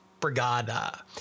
brigada